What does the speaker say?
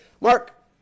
Mark